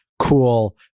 Cool